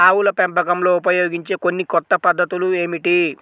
ఆవుల పెంపకంలో ఉపయోగించే కొన్ని కొత్త పద్ధతులు ఏమిటీ?